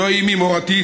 זוהי אימי מורתי,